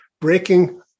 breaking